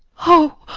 oh,